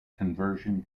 conversion